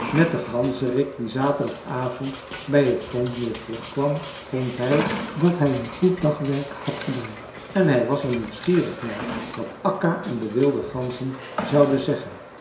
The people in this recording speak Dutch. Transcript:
met den ganzerik dien zaterdagavond bij het vombmeer terug kwam vond hij dat hij een goed dagwerk had gedaan en hij was er nieuwsgierig naar wat akka en de wilde ganzen zouden zeggen